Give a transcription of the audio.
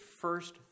first